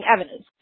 evidence